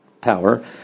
power